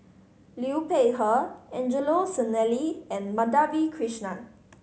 Liu Peihe Angelo Sanelli and Madhavi Krishnan